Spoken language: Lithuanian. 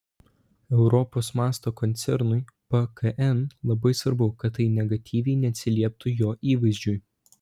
europos mąsto koncernui pkn labai svarbu kad tai negatyviai neatsilieptų jo įvaizdžiui